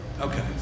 Okay